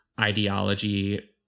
ideology